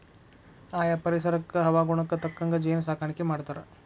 ಆಯಾ ಪರಿಸರಕ್ಕ ಹವಾಗುಣಕ್ಕ ತಕ್ಕಂಗ ಜೇನ ಸಾಕಾಣಿಕಿ ಮಾಡ್ತಾರ